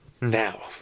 Now